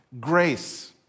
grace